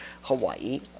hawaii